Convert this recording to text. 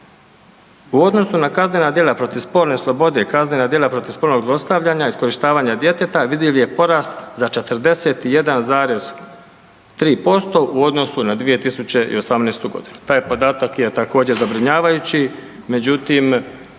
U odnosu na kaznena djela protiv spolne slobode i kaznena djela protiv spolnog zlostavljanja i iskorištavanja djeteta vidljiv je porast za 41,3% u odnosu na 2018.g.. Taj podatak je također zabrinjavajući, međutim